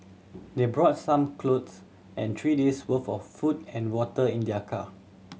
they brought some clothes and three days' worth of food and water in their car